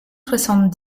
soixante